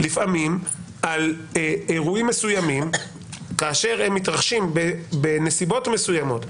לפעמים על אירועים מסוימים כאשר הם מתרחשים בנסיבות מסוימות,